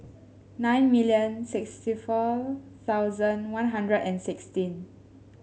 nine million sixty four thousand One Hundred and sixteen